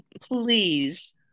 Please